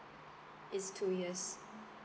it's two years